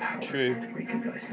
True